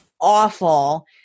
awful